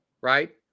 right